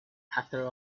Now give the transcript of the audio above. after